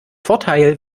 vorteil